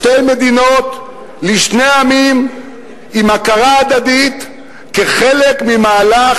שתי מדינות לשני עמים עם הכרה הדדית כחלק ממהלך